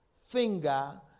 finger